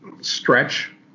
stretch